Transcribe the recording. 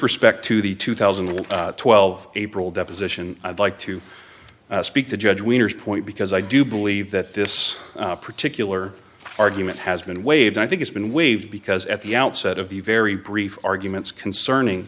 respect to the two thousand and twelve april deposition i'd like to speak to judge wieners point because i do believe that this particular argument has been waived i think it's been waived because at the outset of the very brief arguments concerning